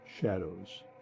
shadows